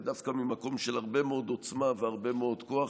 דווקא ממקום של הרבה מאוד עוצמה והרבה מאוד כוח,